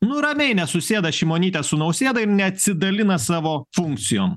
nu ramiai nesusėda šimonytė su nausėda ir neatsidalina savo funkcijom